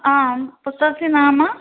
आं पुस्तकस्य नाम